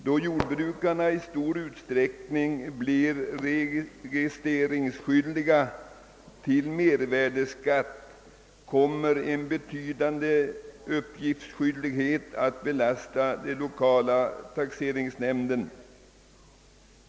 Då jordbrukarna i stor utsträckning blir registreringsskyldiga till mervärdeskatt, kommer betydande uppgiftsskyldighet att belasta de lokala taxeringsnämnderna.